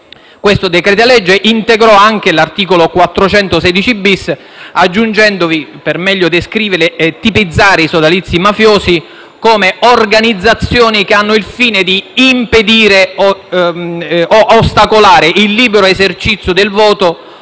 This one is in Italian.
Questo decreto-legge integrò anche l'articolo 416-*bis*, aggiungendovi - per meglio descrivere e tipizzare i sodalizi mafiosi - la specificazione di organizzazioni che hanno il fine di «impedire o di ostacolare il libero esercizio del voto